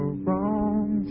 wrong